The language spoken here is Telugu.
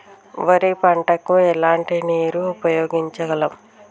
వరి పంట కు ఎలాంటి నీరు ఉపయోగించగలం?